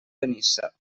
benissa